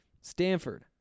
Stanford